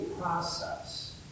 process